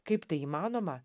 kaip tai įmanoma